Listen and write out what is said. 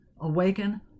awaken